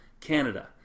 Canada